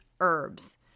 Herbs